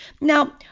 Now